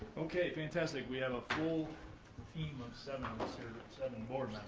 okay, fantastic. we have a full team of seven of us here, seven board